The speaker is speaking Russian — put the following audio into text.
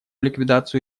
ликвидацию